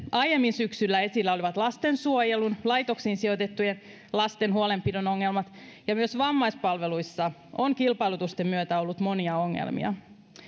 aiemmin syksyllä esillä olivat lastensuojelun ja laitoksiin sijoitettujen lasten huolenpidon ongelmat ja myös vammaispalveluissa on kilpailutusten myötä ollut monia ongelmia